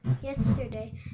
Yesterday